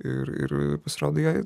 ir ir pasirodo jie